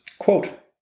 Quote